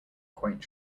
quaint